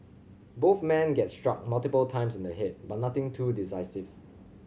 both men get struck multiple times in the head but nothing too decisive